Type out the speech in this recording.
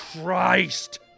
Christ